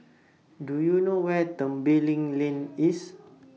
Do YOU know Where Tembeling Lane IS